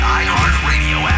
iHeartRadio